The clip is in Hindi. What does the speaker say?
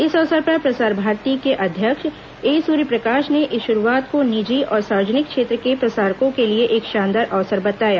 इस अवसर पर प्रसार भारती के अध्यक्ष ए सूर्यप्रकाश ने इस शुरूआत को निजी और सार्वजनिक क्षेत्र के प्रसारकों के लिए एक शानदार अवसर बताया